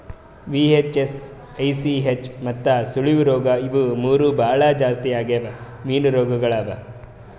VHS, ICH ಮತ್ತ ಸುಳಿಯ ರೋಗ ಇವು ಮೂರು ಭಾಳ ಜಾಸ್ತಿ ಆಗವ್ ಮೀನು ರೋಗಗೊಳ್ ಅವಾ